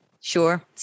Sure